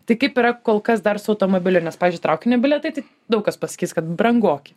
tai kaip yra kol kas dar su automobiliu nes pavyzdžiui traukinio bilietai tai daug kas pasakys kad brangoki